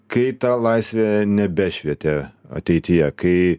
kai ta laisvė nebešvietė ateityje kai